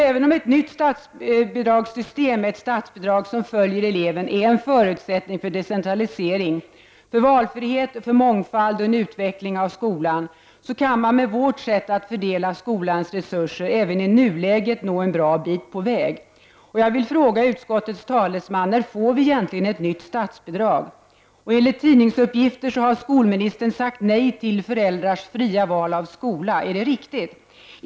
Även om ett nytt statsbidragssystem med ett statsbidrag som följer eleven är en förutsättning för decentralisering, för valfrihet, mångfald och en utveckling av skolan, så kan man med vårt sätt att fördela skolans resurser även i nuläget nå en bra bit på väg. Jag vill fråga utskottets talesman: När får vi egentligen ett nytt statsbidrag? Enligt tidningsuppgifter har skolministern sagt nej till föräldrars fria val av skola. Är det riktigt?